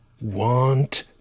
want